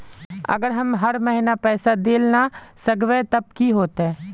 अगर हम हर महीना पैसा देल ला न सकवे तब की होते?